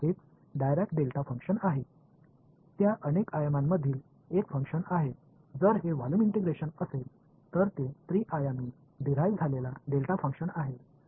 எனவே இது ஒரு கொள்ளளவு ஒருங்கிணைப்பு என்றால் இது மூன்று பரிமாணத்திலிருந்து பெறப்பட்ட டெல்டா செயல்பாடு இது 2D எனவே இது இரண்டு பரிமாணத்திலிருந்து பெறப்பட்ட டெல்டா செயல்பாடு ஆகும்